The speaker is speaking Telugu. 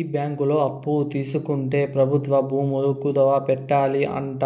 ఈ బ్యాంకులో అప్పు తీసుకుంటే ప్రభుత్వ భూములు కుదవ పెట్టాలి అంట